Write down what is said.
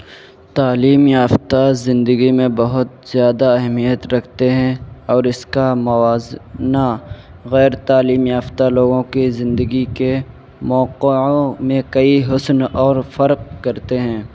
تعلیم یافتہ زندگی میں بہت زیادہ اہمیت رکھتے ہیں اور اس کا موازنہ غیر تعلیم یافتہ لوگوں کی زندگی کے موقعوں میں کئی حسن اور فرق کرتے ہیں